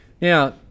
Now